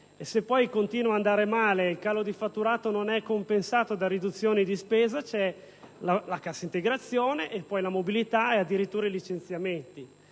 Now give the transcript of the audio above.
l'impresa continua ad andare male e il calo del fatturato non è compensato da riduzioni di spesa, c'è la cassa integrazione, poi la mobilità ed infine i licenziamenti.